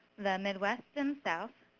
the midwest and south,